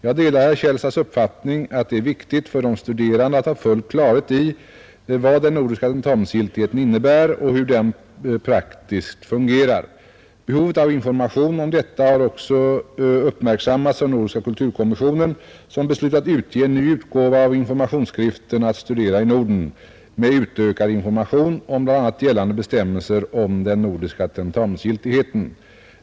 Jag delar herr Källstads uppfattning att det är viktigt för de studerande att ha full klarhet i vad den nordiska tentamensgiltigheten innebär och hur den praktiskt fungerar. Behovet av information om detta har också uppmärksammats av Nordiska kulturkommissionen som beslutat utge en ny utgåva av informationsskriften ”Att studera i Norden” med utökad information om bl.a. gällande bestämmelser om den nordiska tentamensgiltigheten.